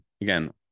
again